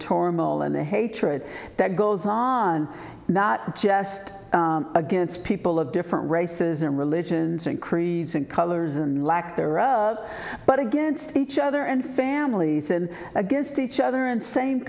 tora mall and the hatred that goes on not just against people of different races and religions and creeds and colors and lack thereof but against each other and families and against each other in same